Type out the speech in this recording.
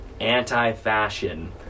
Anti-fashion